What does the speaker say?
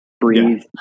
breathe